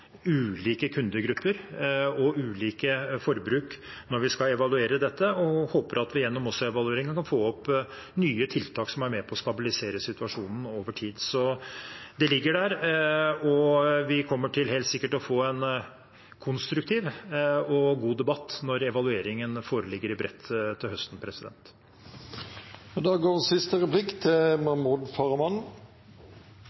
ulike kundegrupper og ulike forbruk når vi skal evaluere dette, og jeg håper at vi gjennom evalueringen også kan få opp nye tiltak som er med på å stabilisere situasjonen over tid. Det ligger der, og vi kommer helt sikkert til å få en konstruktiv og god debatt når evalueringen foreligger i bredt til høsten.